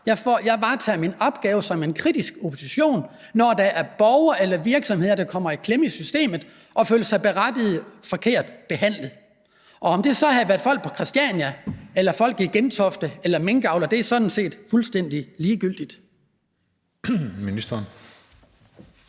Jeg varetager min opgave som en kritisk opposition, når der er borgere eller virksomheder, der kommer i klemme i systemet, og berettiget føler sig forkert behandlet. Om det så havde været folk på Christiania eller folk i Gentofte eller minkavlere ville sådan set være fuldstændig ligegyldigt.